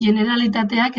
generalitateak